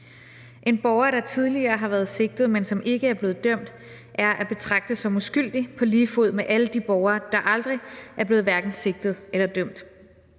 En borger, der tidligere har været sigtet, men som ikke er blevet dømt, er at betragte som uskyldig på lige fod med alle de borgere, der aldrig er blevet sigtet eller dømt.